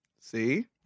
See